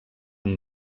amb